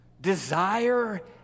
desire